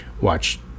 watch